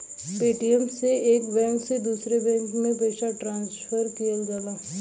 Paytm से एक bank से दूसरे बैंक में पइसा ट्रांसफर किहल जाला